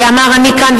אלא אמר: אני כאן,